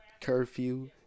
Curfew